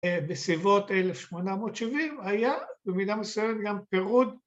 ‫בסביבות 1870 היה, במידה מסוימת, ‫גם פירוד.